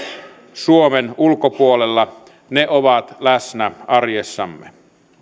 suomen ulkopuolella ne ovat läsnä arjessamme